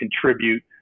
contribute